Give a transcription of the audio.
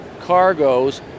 cargoes